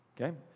Okay